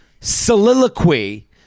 soliloquy